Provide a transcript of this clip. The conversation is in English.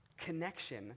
connection